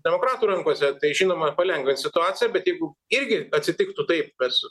demokratų rankose tai žinoma palengvins situaciją bet jeigu irgi atsitiktų taip nes